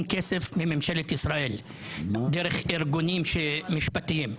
כסף מממשלת ישראל דרך ארגונים משפטיים.